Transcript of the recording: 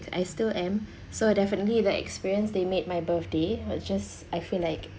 I still am so definitely the experience they made my birthday was just I feel like